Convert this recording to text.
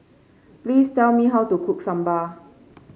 please tell me how to cook sambal